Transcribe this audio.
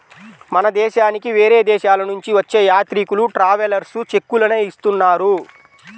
మన దేశానికి వేరే దేశాలనుంచి వచ్చే యాత్రికులు ట్రావెలర్స్ చెక్కులనే ఇస్తున్నారు